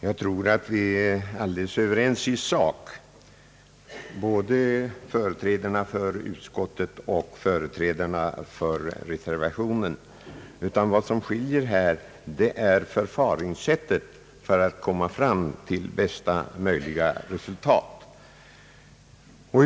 Herr talman! Jag tror att både företrädarna för utskottet och företrädarna för reservationen är helt överens i sak. Vad som skiljer är uppfattningarna om förfaringssättet för att komma till bästa möjliga resultat.